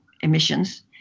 emissions